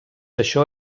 això